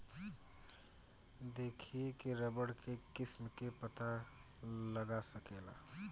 देखिए के रबड़ के किस्म के पता लगा सकेला